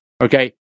Okay